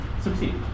succeed